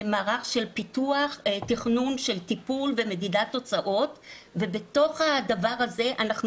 מערך של פיתוח תכנון של טיפול ומדידת תוצאות ובתוך הדבר הזה אנחנו